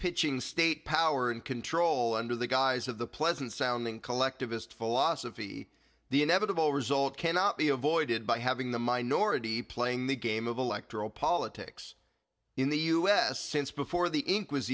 pitching state power and control under the guise of the pleasant sounding collectivist philosophy the inevitable result cannot be avoided by having the minority playing the game of electoral politics in the us since before the